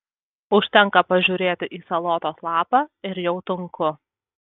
užtenka pažiūrėti į salotos lapą ir jau tunku